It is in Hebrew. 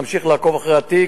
נמשיך לעקוב אחרי התיק,